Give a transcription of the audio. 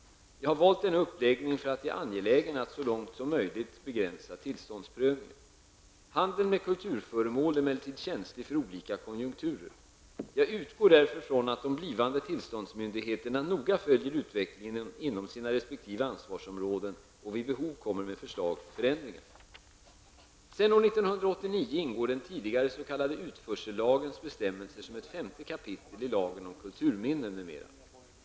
Jag har valt denna uppläggning för att jag är angelägen att så långt möjligt begränsa tillståndsprövningen. Handeln med kulturföremål är emellertid känslig för olika konjunkturer. Jag utgår därför från att de blivande tillståndsmyndigheterna noga följer utvecklingen inom sina resp. ansvarsområden och vid behov kommer med förslag till förändringar'' Sedan år 1989 ingår den tidigare s.k. utförsellagens bestämmelser som ett femte kapital i lagen om kulturminnen m.m. .